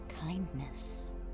kindness